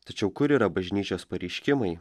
tačiau kur yra bažnyčios pareiškimai